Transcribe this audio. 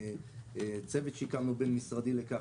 צוות בין-משרדי שהקמנו לכך,